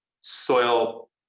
soil